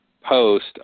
post